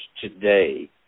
today